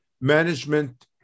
management